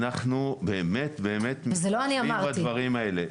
אנחנו באמת-באמת מתחשבים בדברים האלה.